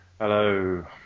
hello